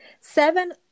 Seven